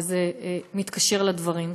וזה מתקשר לדברים.